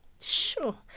Sure